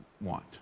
want